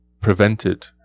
prevented